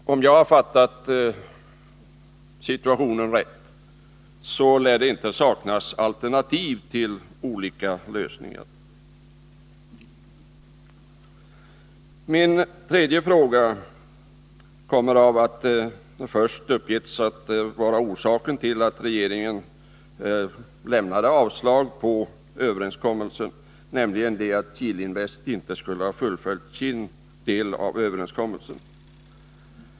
Om jag har fattat situationen rätt, lär det inte saknas alternativ till olika lösningar. Min tredje fråga kommer av det som först uppgetts vara orsaken till att regeringen lämnade avslag på överenskommelsen, nämligen att Kihlinvest inte skulle ha fullföljt sin del av överenskommelsen.